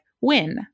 win